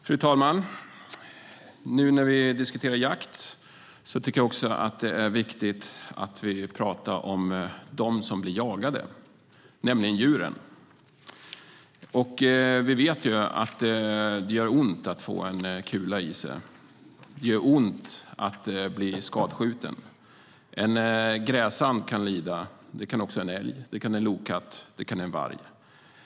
Fru talman! Nu när vi diskuterar jakt tycker jag att det är viktigt att vi också talar om dem som blir jagade, nämligen djuren. Vi vet att det gör ont att få en kula i sig. Det gör ont att bli skadskjuten. En gräsand kan lida. Det kan också en älg, en lokatt eller en varg.